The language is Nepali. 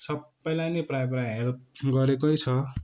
सबैलाई नि प्रायः प्रायः हेल्प गरेकै छ